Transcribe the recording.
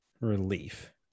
Relief